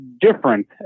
different